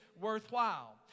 worthwhile